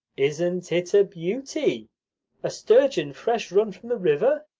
isn't it a beauty a sturgeon fresh run from the river?